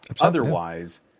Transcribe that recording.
Otherwise